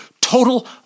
total